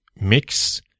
mix